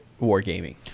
wargaming